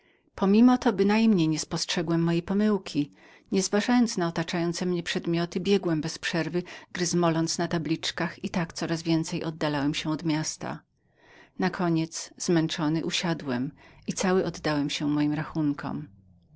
pomimo to bynajmniej nie spostrzegłem mojej pomyłki ale nie zważając na otaczające mnie przedmioty biegłem ciągle gryzmoląc na tabliczkach i tak coraz dalej oddalałem się od miasta nakoniec zmęczony usiadłem i cały oddałem się moim rachunkom